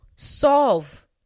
solve